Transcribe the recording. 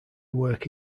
work